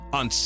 on